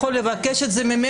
יכול לבקש את זה ממני,